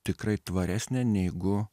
tikrai tvaresnė negu